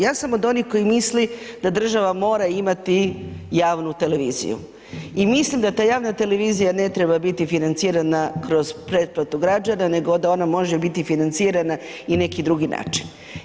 Ja sam od onih koji misli da država mora imati javnu televiziju i mislim da ta javna televizija ne treba biti financirana kroz pretplatu građana, nego da ona može biti financirana i na neki drugi način.